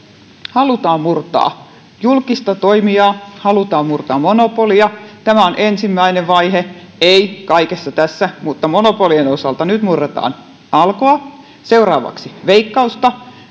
halutaan murtaa julkista toimijaa halutaan murtaa monopolia tämä on ensimmäinen vaihe ei kaikessa tässä mutta monopolien osalta nyt murretaan alkoa seuraavaksi veikkausta